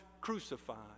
crucified